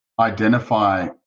identify